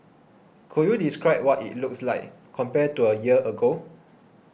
could you describe what it looks like compared to a year ago